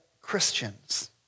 Christians